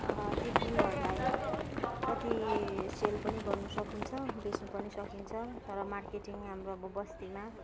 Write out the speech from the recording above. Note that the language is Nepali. ती फुलहरूलाई कति सेल पनि गर्नसकिन्छ बेच्नु पनि सकिन्छ तर मार्केटिङ अब हाम्रो बस्तीमा